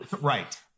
right